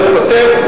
הוא מתפטר.